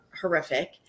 horrific